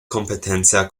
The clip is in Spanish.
competencia